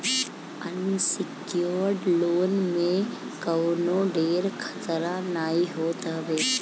unsecured loan में कवनो ढेर खतरा नाइ होत हवे